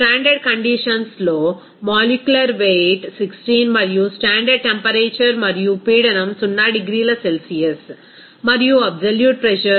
standard conditions లో molecular weight 16 మరియు standard temperature మరియు పీడనం 0 డిగ్రీల సెల్సియస్ మరియు అబ్సొల్యూట్ ప్రెజర్ 273